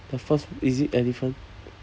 the first is it elephant